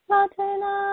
Latina